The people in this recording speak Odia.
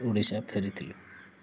ଓଡ଼ିଶା ଫେରିଥିଲୁ